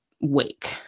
wake